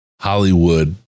Hollywood